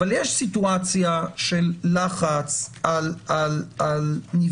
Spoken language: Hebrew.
אבל יש סיטואציה של לחץ על נפגעת